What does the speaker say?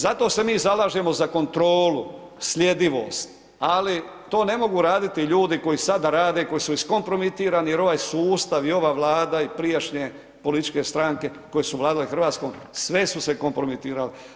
Zato se mi zalažemo za kontrolu, sljedivost, ali to ne mogu raditi ljudi koji sada rade, koji su iskompromitiran jer ovaj sustav i ova Vlada i prijašnje političke stranke koje su vladale Hrvatskom sve su se kompromitirale.